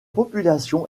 population